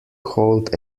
hold